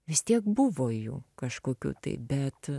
vis tiek buvo jų kažkokių tai bet